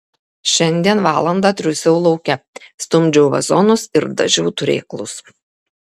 šiandien valandą triūsiau lauke stumdžiau vazonus ir dažiau turėklus